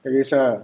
at least ah